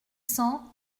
cents